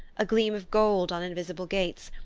a gleam of gold on invisible gates,